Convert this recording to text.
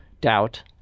doubt